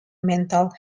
mental